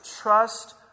trust